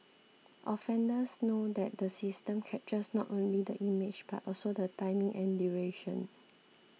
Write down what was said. offenders know that the system captures not only the image but also the timing and duration